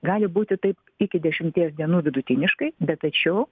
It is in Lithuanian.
gali būti taip iki dešimties dienų vidutiniškai bet tačiau